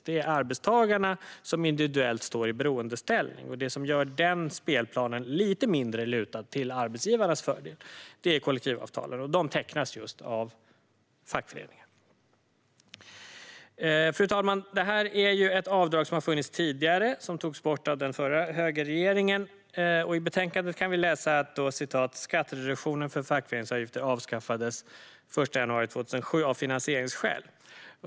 Det är arbetstagarna som individuellt står i beroendeställning. Det som gör den spelplanen lite mindre lutad till arbetsgivarens fördel är kollektivavtalen, och de tecknas just av fackföreningar. Fru talman! Det här är ju ett avdrag som har funnits tidigare och som togs bort av den förra högerregeringen. I betänkandet kan vi läsa att "skattereduktionen för fackföreningsavgifter avskaffades den 1 januari 2007 av finansieringsskäl".